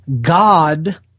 God